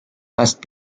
must